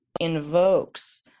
invokes